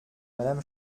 madame